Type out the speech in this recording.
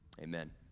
Amen